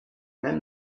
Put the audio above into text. même